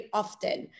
often